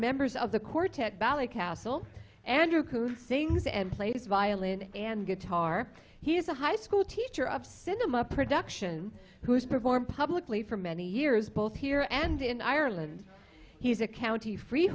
members of the quartet ballet castle andrew who sings and plays violin and guitar he's a high school teacher of cinema production who's performed publicly for many years both here and in ireland he's a county